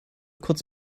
kurz